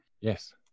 yes